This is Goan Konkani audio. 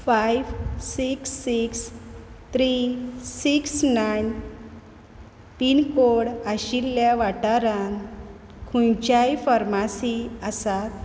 five six six three six nine pincode आशिल्ल्या वाठारांत खंयच्योय फर्मासी आसात